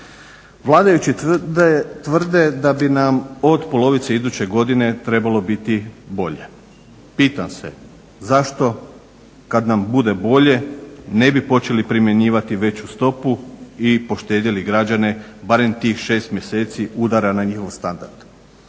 Vladajući tvrde da bi nam od polovice iduće godine trebalo biti bolje. Pitam se zašto kada nam bude bolje ne bi počeli primjenjivati veću stopu i poštedjeli građane barem tih 6 mjeseci udara na njihov standard.